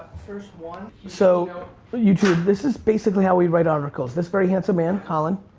first one. so you two, this is basically how we write articles. this very handsome man, colin,